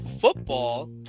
football